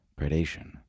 Predation